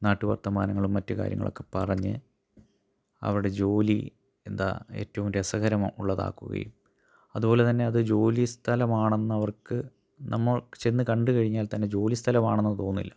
നാട്ടു വർത്തമാനങ്ങളും മറ്റു കാര്യങ്ങളൊക്കെ പറഞ്ഞു അവരുടെ ജോലി എന്താണ് ഏറ്റവും രസകരമുള്ളതാക്കുകയും അതുപോലെ തന്നെ അത് ജോലി സ്ഥലമാണെന്ന് അവർക്ക് നമ്മൾ ചെന്നു കണ്ടു കഴിഞ്ഞാൽ തന്നെ ജോലി സ്ഥലമാണെന്ന് തോന്നില്ല